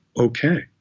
okay